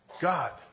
God